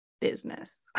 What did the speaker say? business